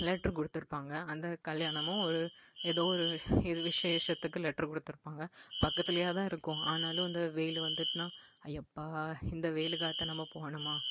letter கொடுத்துருப்பாங்க அந்த கல்யாணமோ ஒரு ஏதோ ஒரு இது விசேஷத்துக்கு லெட்ரு கொடுத்துருப்பாங்க பக்கத்திலையாதான் இருக்கும் ஆனாலும் வந்து வெயில் வந்துட்டுன்னால் எப்பா இந்த வெளியில் காலத்தை நம்ம போகணுமா